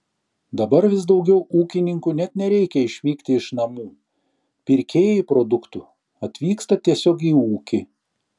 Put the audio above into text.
dabar vis daugiau ūkininkų net nereikia išvykti iš namų pirkėjai produktų atvyksta tiesiog į ūkį